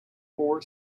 four